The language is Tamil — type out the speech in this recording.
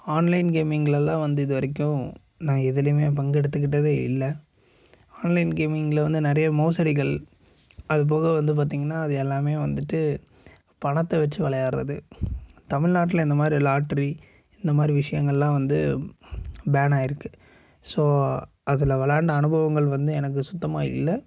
ஆன்லைன் கேமிங்லலாம் வந்து இது வரைக்கும் நான் எதுலேயுமே பங்கு எடுத்துக்கிட்டதே இல்லை ஆன்லைன் கேமிங்ல வந்து நிறைய மோசடிகள் அதுபோக வந்து பார்த்தீங்கன்னா அது எல்லாமே வந்துட்டு பணத்தை வச்சி விளையாட்றது தமிழ்நாட்ல இந்த மாதிரி லாட்டரி இந்த மாதிரி விஷயங்கள்லாம் வந்து பேன் ஆயிருக்கு ஸோ அதில் விளாண்ட அனுபவங்கள் வந்து எனக்கு சுத்தமாக இல்லை